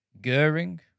Goering